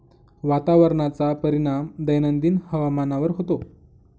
वातावरणाचा परिणाम दैनंदिन हवामानावर होतो